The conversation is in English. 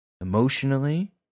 emotionally